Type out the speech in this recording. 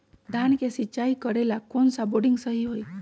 धान के सिचाई करे ला कौन सा बोर्डिंग सही होई?